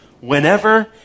whenever